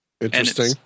Interesting